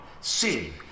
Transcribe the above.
sin